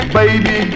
baby